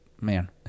man